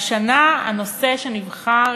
והשנה הנושא שנבחר